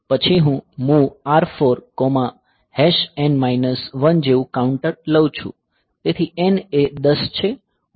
પછી હું MOV R4 N 1 જેવું કાઉન્ટર લઉં છું